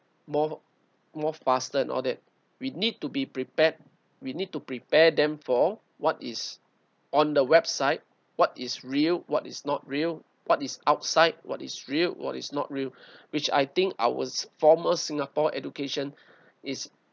more more faster and all that we need to be prepared we need to prepare them for what is on the website what is real what is not real what is outside what is real what is not real which I think our former singapore education is